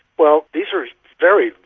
well, these are very,